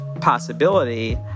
possibility